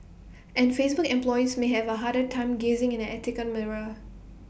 and Facebook employees may have A harder time gazing in an ethical mirror